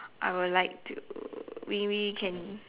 I would like to we we can